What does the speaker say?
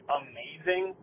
amazing